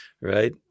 right